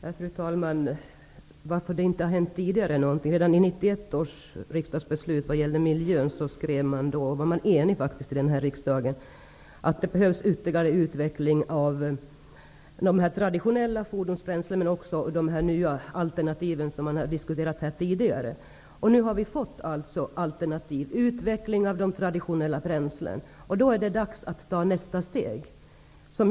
Fru talman! Varför har det inte hänt någonting tidigare? Redan i 1991 års riksdagsbeslut vad gäller miljön skrev man att det behövs ytterligare utveckling av de traditionella fordonsbränslena, men också av de nya alternativ som man tidigare här har diskuterat. Man var faktiskt enig i riksdagen om detta. Nu har vi fått alternativ och en utveckling av de traditionella bränslena. Då är det dags att man tar nästa steg.